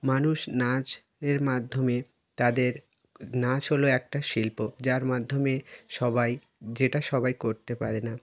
মানুষ নাচের মাধ্যমে তাদের নাচ হলো একটা শিল্প যার মাধ্যমে সবাই যেটা সবাই করতে পারে না